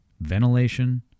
ventilation